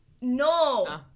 No